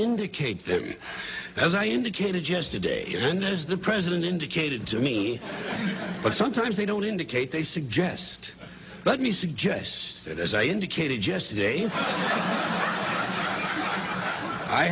indicate that as i indicated yesterday and that is the president indicated to me but sometimes they don't indicate they suggest let me suggest that as i indicated yesterday i